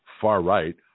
far-right